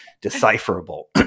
decipherable